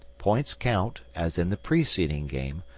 points count as in the preceding game,